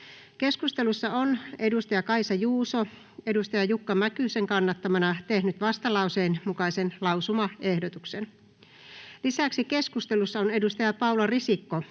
Keskustelussa on Kaisa Juuso Jukka Mäkysen kannattamana tehnyt vastalauseen mukaisen lausumaehdotuksen. Lisäksi keskustelussa on Paula Risikko